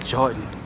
Jordan